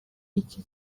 iki